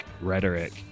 rhetoric